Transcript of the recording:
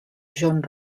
john